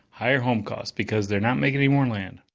higher home costs, because they're not making any more land,